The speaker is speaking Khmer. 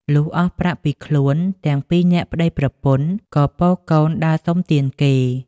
លុះអស់ប្រាក់ពីខ្លួន ទាំងពីរនាក់ប្តីប្រពន្ធក៏ពរកូនដើរសុំទានគេ។